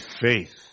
faith